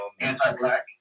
anti-black